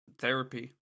therapy